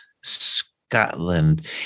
Scotland